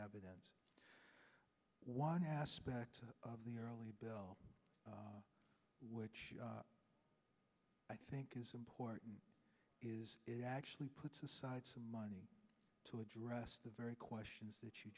evidence one aspect of the early bill which i think is important it actually puts aside some money to address the very questions that you